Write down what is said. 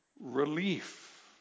relief